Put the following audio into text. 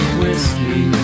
whiskey